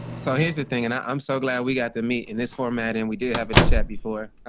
so here's the thing, and i'm so glad we got to meet in this format. and we did have a chat before.